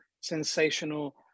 sensational